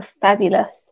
fabulous